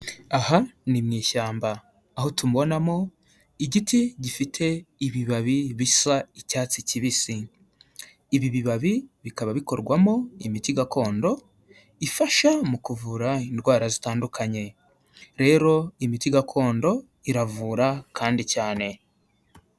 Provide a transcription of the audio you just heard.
Aha ni mu ishyamba, aho tubonamo igiti gifite ibibabi bisa icyatsi kibisi, ibi bibabi bikaba bikorwamo imiti gakondo ifasha mu kuvura indwara zitandukanye, rero imiti gakondo iravura kandi cyane.